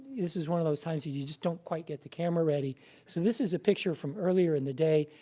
this is one of those times where you you just don't quite get the camera ready. so this is a picture from earlier in the day,